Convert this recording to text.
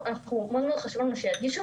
מאוד מאוד חשוב לנו שידגישו